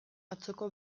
atzoko